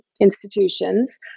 institutions